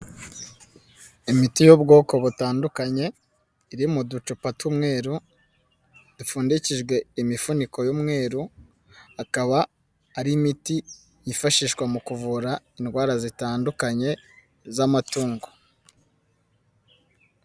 Imiti y'ubwoko butandukanye iri mu ducupa tw'umweru, dupfundikijwe imifuniko y'umweru, akaba ari imiti yifashishwa mu kuvura indwara zitandukanye z'amatungo.